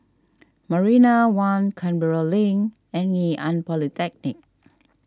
Marina one Canberra Link and Ngee Ann Polytechnic